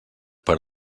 per